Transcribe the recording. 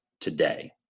today